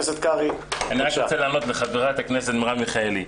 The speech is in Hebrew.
אני רק רוצה לענות לחברת הכנסת מרב מיכאלי.